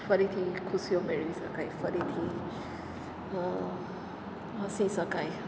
ફરીથી ખુશીઓ મેળવી શકાય ફરીથી હસી શકાય